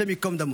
השם ייקום דמו,